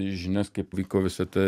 žinias kaip vyko visa ta